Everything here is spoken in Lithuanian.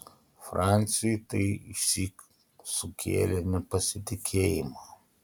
franciui tai išsyk sukėlė nepasitikėjimą